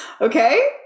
Okay